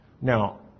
Now